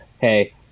hey